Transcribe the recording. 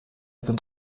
sind